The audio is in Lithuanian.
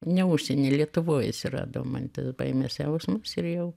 ne užsienyje lietuvoj atsirado man tas baimės jausmas ir jau